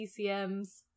TCM's